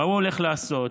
מה הוא הולך לעשות,